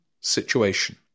situation